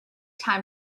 time